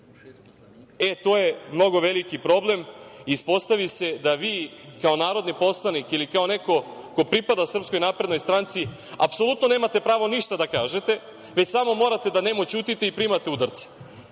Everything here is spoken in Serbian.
To je mnogo veliki problem. Ispostavi se da vi kao narodni poslanik ili kao neko ko pripada SNS, apsolutno nemate pravo ništa da kažete, već samo morate da nemo ćutite i primate udarce,